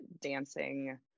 dancing